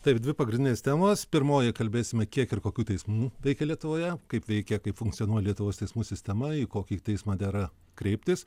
taip dvi pagrindinės temos pirmojoj kalbėsime kiek ir kokių teismų veikia lietuvoje kaip veikia kaip funkcionuoja lietuvos teismų sistema į kokį teismą dera kreiptis